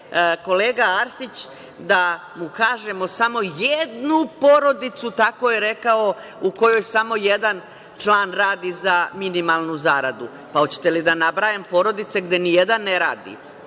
kolega Arsić da mu kažemo samo jednu porodicu, tako je rekao, u kojoj samo jedan član radi za minimalnu zaradu. Hoćete li da nabrajam porodice gde ni jedan ne radi?